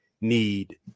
need